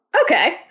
Okay